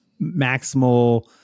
maximal